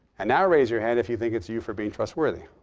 and now raise your hand if you think it's you for being trustworthy.